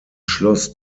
schloss